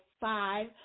five